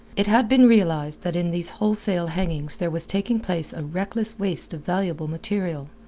it had been realized that in these wholesale hangings there was taking place a reckless waste of valuable material.